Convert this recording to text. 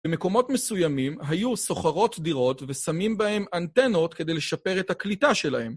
במקומות מסוימים היו סוחרות דירות ושמים בהן אנטנות כדי לשפר את הקליטה שלהן.